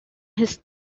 his